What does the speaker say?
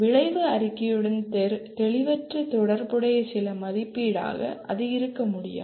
விளைவு அறிக்கையுடன் தெளிவற்ற தொடர்புடைய சில மதிப்பீடாக இது இருக்க முடியாது